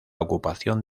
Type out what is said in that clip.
ocupación